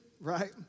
right